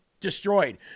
Destroyed